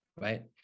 right